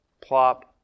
plop